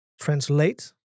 translate